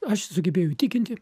aš jį sugebėjau įtikinti